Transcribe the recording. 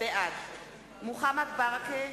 בעד מוחמד ברכה,